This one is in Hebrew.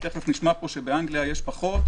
תכף נשמע פה שבאנגליה יש פחות,